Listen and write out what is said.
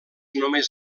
només